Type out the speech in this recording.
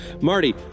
Marty